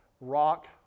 rock